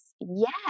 Yes